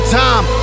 time